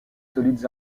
solides